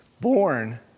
born